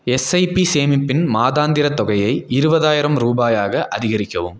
SIP சேமிப்பின் மாதாந்திரத் தொகையை இருபதாயிரம் ரூபாயாக அதிகரிக்கவும்